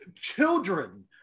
children